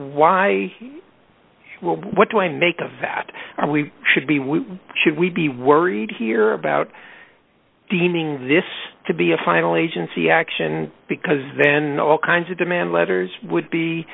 y what do i make a vat we should be we should we be worried here about deeming this to be a final agency action because then all kinds of demand letters would be